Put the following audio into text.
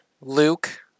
Luke